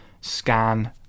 scan